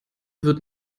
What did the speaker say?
wird